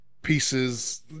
Pieces